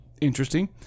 Interesting